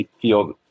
feel